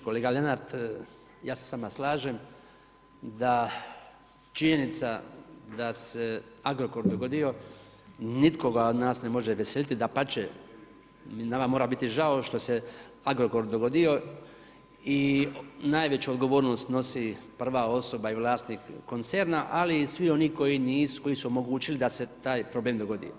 Kolega Lenart, ja se s vama slažem da činjenica da se Agrokor dogodio nikoga od nas ne može veseliti, dapače, nama mora biti žao što se Agrokor dogodio i najveću odgovornost snosi prva osoba i vlasnik koncerna, ali i svi oni koji su omogućili da se taj problem dogodi.